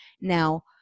Now